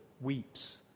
weeps